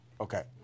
Okay